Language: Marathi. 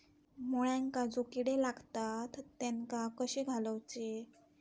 मुळ्यांका जो किडे लागतात तेनका कशे घालवचे?